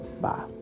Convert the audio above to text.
Bye